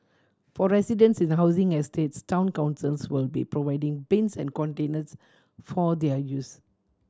for residents in the housing estates town councils will be providing bins and containers for their use